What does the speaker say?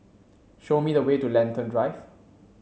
show me the way to Lentor Drive